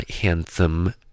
handsome